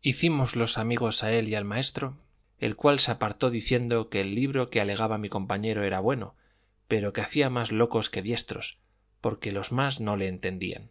hicímoslos amigos a él y al maestro el cual se apartó diciendo que el libro que alegaba mi compañero era bueno pero que hacía más locos que diestros porque los más no le entendían